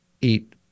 eat